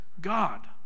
God